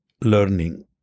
learning